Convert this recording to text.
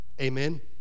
Amen